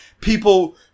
people